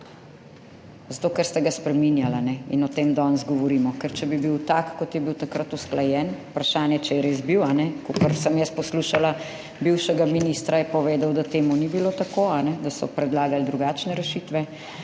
Zato, ker ste ga spreminjali, a ne, in o tem danes govorimo. Ker, če bi bil tak kot je bil takrat usklajen, vprašanje če je res bil, kakor sem jaz poslušala bivšega ministra, je povedal, da temu ni bilo tako, da so predlagali drugačne rešitve,